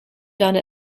done